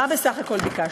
מה בסך הכול ביקשנו?